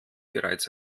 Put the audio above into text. bereits